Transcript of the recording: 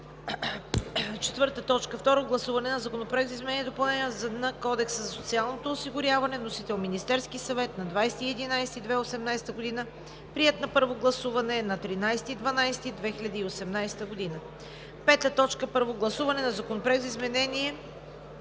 Първо гласуване на Законопроекта за изменение